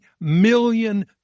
million